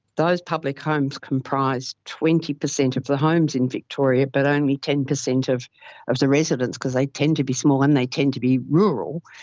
those public homes comprise twenty percent of the homes in victoria but only ten percent of of the residents because they tend to be small and they tend to be rural.